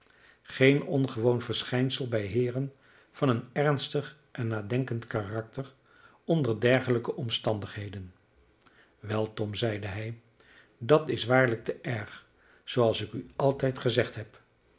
ontwaren geen ongewoon verschijnsel bij heeren van een ernstig en nadenkend karakter onder dergelijke omstandigheden wel tom zeide hij dat is waarlijk te erg zooals ik u altijd gezegd hebt